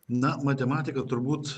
na matematika turbūt